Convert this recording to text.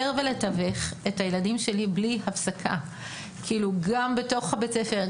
לתווך את הילדים שלי בלי הפסקה גם בתוך בית הספר,